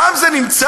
שם זה נמצא?